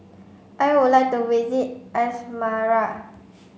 I would like to visit Asmara